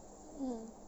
mm